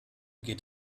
geht